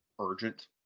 urgent